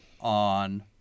on